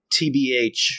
TBH